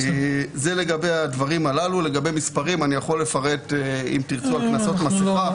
לגבי מספרים, אני יכול לפרט על קנסות מסכה.